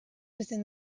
within